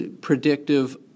predictive